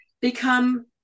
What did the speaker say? become